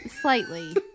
Slightly